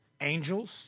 angels